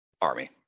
Army